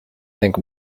think